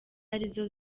arizo